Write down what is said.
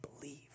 believe